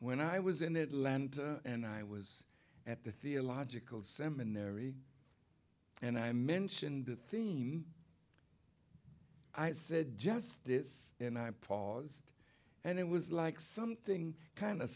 when i was in atlanta and i was at the theological seminary and i mentioned the theme i said justice and i paused and it was like something kind of